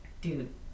dude